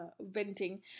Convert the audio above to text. venting